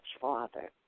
Father